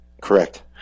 correct